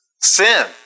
sin